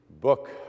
book